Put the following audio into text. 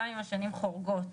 גם אם השנים חורגות